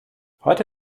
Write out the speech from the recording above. heute